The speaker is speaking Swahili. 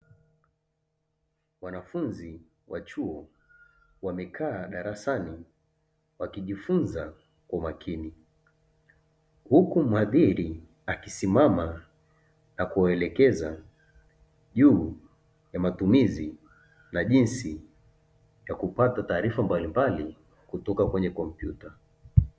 Wanafunzi wa chuo wamekaa darasani wakijifunza kwa umakini, huku mhadhiri akisimama na kuwalekeza juu ya matumizi na jinsi ya kupata taarifa mbalimbali kutoka kwenye kompyuta.